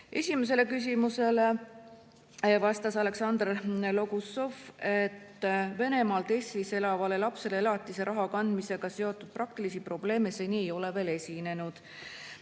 laekumist. Esimesele küsimusele vastas Aleksandr Logussov, et Venemaalt Eestis elavale lapsele elatisraha kandmisega seotud praktilisi probleeme seni ei ole esinenud.